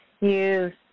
use